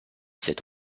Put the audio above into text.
cette